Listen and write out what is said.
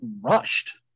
rushed